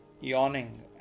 yawning